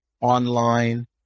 online